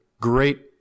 great